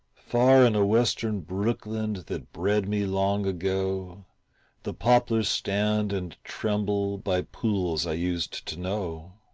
far in a western brookland that bred me long ago the poplars stand and tremble by pools i used to know.